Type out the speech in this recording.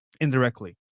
indirectly